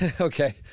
Okay